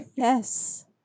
Yes